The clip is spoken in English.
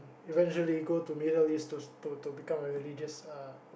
eventually go to Middle-East to to to pick up a religious uh